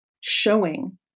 showing